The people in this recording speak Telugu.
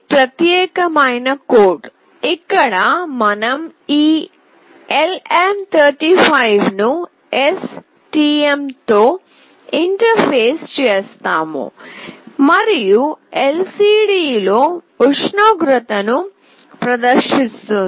ప్రత్యేకమైన కోడ్ ఇక్కడ మనం ఈ LM35 ను STM తో ఇంటర్ఫేస్ చేస్తాము మరియు LCD లో ఉష్ణోగ్రతను ప్రదర్శిస్తుంది